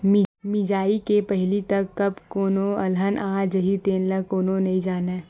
मिजई के पहिली तक कब कोनो अलहन आ जाही तेन ल कोनो नइ जानय